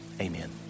Amen